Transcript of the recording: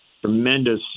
tremendous